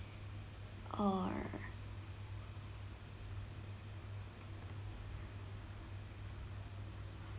or